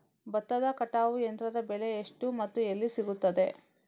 ಭತ್ತದ ಕಟಾವು ಯಂತ್ರದ ಬೆಲೆ ಎಷ್ಟು ಮತ್ತು ಎಲ್ಲಿ ಸಿಗುತ್ತದೆ?